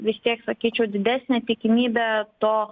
vis tiek sakyčiau didesnė tikimybė to